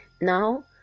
Now